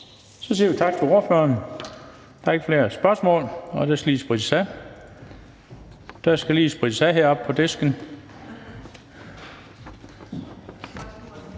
Så siger vi tak til ordføreren. Der er ikke flere spørgsmål. Og så skal jeg lige bede om, at der bliver sprittet af heroppe. Da der